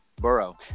Burrow